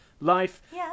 life